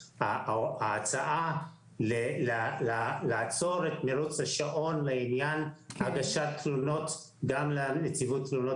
ההצעה לעצור את מרוץ השעון לעניין הגשת תלונות גם לנציבות תלונות